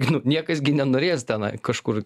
nu niekas gi nenorės tenai kažkur